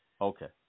Okay